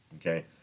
okay